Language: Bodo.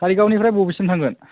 खारिगावनिफ्राय बबेसिम थांगोन